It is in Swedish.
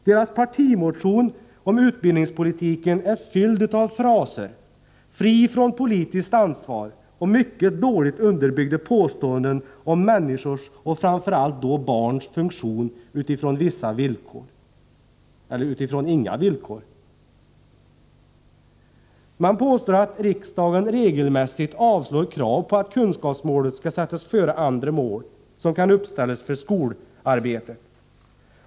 Deras partimotion om utbildningspolitiken är fylld av fraser, fri från politiskt ansvar och mycket dåligt underbyggda påståenden om människors och framför allt då barns funktion utifrån vissa villkor, eller kanske inga villkor. Man påstår att riksdagen regelmässigt avslår krav på att kunskapsmålet skall sättas före andra mål, som kan uppställas för skolarbetet.